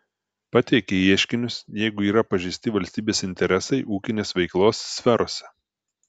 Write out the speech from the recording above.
pateikia ieškinius jeigu yra pažeisti valstybės interesai ūkinės veiklos sferose